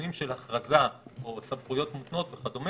מנגנונים של הכרזה או סמכויות מוקנות וכדו'.